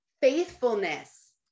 faithfulness